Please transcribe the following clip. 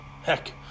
Heck